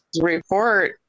report